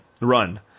run